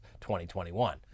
2021